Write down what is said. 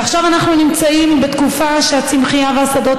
ועכשיו אנחנו נמצאים בתקופה שהצמחייה והשדות